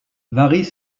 varient